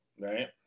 right